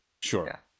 Sure